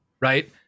Right